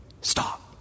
Stop